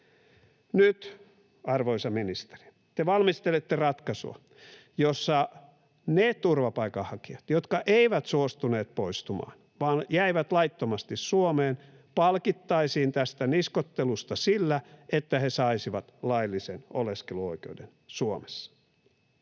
Nyt, arvoisa ministeri, te valmistelette ratkaisua, jossa ne turvapaikanhakijat, jotka eivät suostuneet poistumaan vaan jäivät laittomasti Suomeen, palkittaisiin tästä niskoittelusta sillä, että he saisivat laillisen oleskeluoikeuden Suomessa.